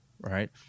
right